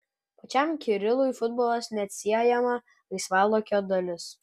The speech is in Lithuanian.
pačiam kirilui futbolas neatsiejama laisvalaikio dalis